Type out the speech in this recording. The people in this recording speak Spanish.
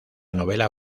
novela